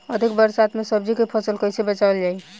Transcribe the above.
अधिक बरसात में सब्जी के फसल कैसे बचावल जाय?